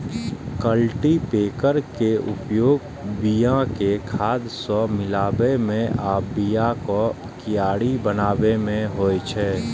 cultipacker के उपयोग बिया कें खाद सं मिलाबै मे आ बियाक कियारी बनाबै मे होइ छै